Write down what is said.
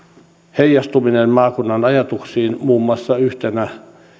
heijastuminen ajatuksiin maakunnassa yhtenä